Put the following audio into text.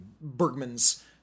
Bergman's